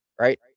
right